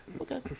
okay